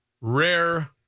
rare